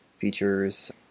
features